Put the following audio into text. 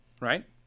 right